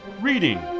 Reading